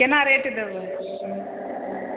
कोना रेट देबै